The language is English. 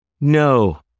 No